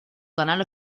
canal